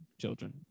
children